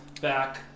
back